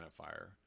identifier